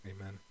Amen